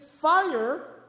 fire